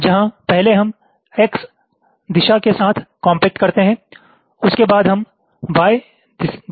जहां पहले हम X दिशा के साथ कॉम्पैक्ट करते हैं उसके बाद हम Y दिशा के साथ कॉम्पैक्ट करते हैं